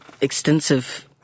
extensive